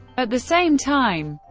at the same time,